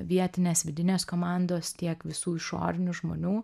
vietinės vidinės komandos tiek visų išorinių žmonių